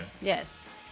yes